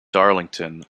darlington